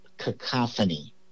Cacophony